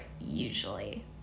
Usually